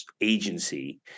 agency